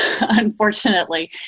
unfortunately